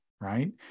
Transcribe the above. right